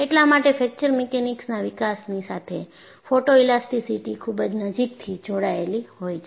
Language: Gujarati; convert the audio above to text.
એટલા માટે ફ્રેક્ચર મિકેનિક્સના વિકાસની સાથે ફોટોઇલાસ્ટીસીટી ખૂબ જ નજીકથી જોડાયેલી હોય છે